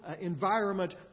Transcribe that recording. environment